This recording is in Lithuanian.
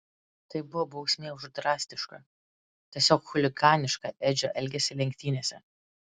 tai buvo bausmė už drastišką tiesiog chuliganišką edžio elgesį lenktynėse